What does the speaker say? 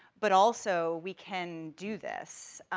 but also, we can do this,